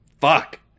Fuck